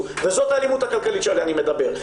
וזאת האלימות הכלכלית שעליה אני מדבר.